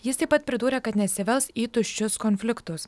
jis taip pat pridūrė kad nesivels į tuščius konfliktus